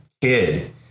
kid